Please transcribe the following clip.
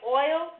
oil